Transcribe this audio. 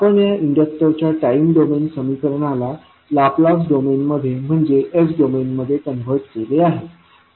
आपण या इंडक्टरच्या टाईम डोमेन समीकरणला लाप्लास डोमेन मध्ये म्हणजेच s डोमेन मध्ये कन्व्हर्ट केले आहे